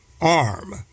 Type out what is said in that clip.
arm